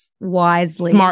wisely